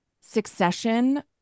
succession